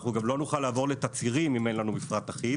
אנחנו גם לא נוכל לעבור לתצהירים אם אין לנו מפרט אחיד.